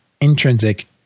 intrinsic